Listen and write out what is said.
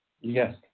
Yes